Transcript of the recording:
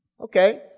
Okay